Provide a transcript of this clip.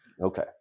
Okay